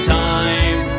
time